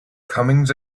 comings